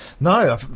No